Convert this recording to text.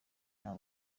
nta